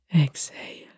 Exhale